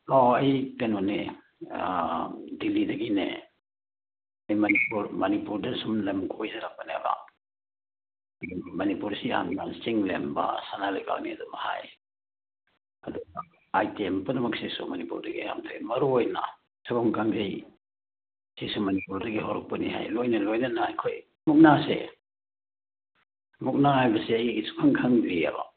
ꯑꯣ ꯑꯣ ꯑꯩ ꯀꯩꯅꯣꯅꯦ ꯗꯤꯜꯂꯤꯗꯒꯤꯅꯦ ꯑꯩ ꯃꯅꯤꯄꯨꯔ ꯃꯅꯤꯄꯨꯔꯗ ꯁꯨꯝ ꯂꯝ ꯀꯣꯏꯖꯔꯛꯄꯅꯦꯕ ꯃꯅꯤꯄꯨꯔꯁꯤ ꯌꯥꯝꯅ ꯆꯤꯡ ꯂꯦꯝꯕ ꯁꯅꯥꯂꯩꯕꯥꯛꯅꯤ ꯑꯗꯨꯝ ꯍꯥꯏ ꯑꯗꯨ ꯑꯥꯏꯇꯦꯝ ꯄꯨꯝꯅꯃꯛꯁꯤꯁꯨ ꯃꯅꯤꯄꯨꯔꯗꯒꯤ ꯑꯌꯥꯝꯕ ꯊꯣꯛꯏ ꯃꯔꯨꯑꯣꯏꯅ ꯁꯒꯣꯜ ꯀꯥꯡꯖꯩ ꯁꯤꯁꯨ ꯃꯅꯤꯄꯨꯔꯗꯒꯤ ꯍꯧꯔꯛꯄꯅꯤ ꯍꯥꯏ ꯂꯣꯏꯅ ꯂꯣꯏꯅꯅ ꯑꯩꯈꯣꯏ ꯃꯨꯛꯅꯥꯁꯦ ꯃꯨꯛꯅꯥ ꯍꯥꯏꯕꯁꯤ ꯑꯩꯗꯤ ꯁꯨꯡꯈꯪ ꯈꯪꯗ꯭ꯔꯤꯌꯦꯕ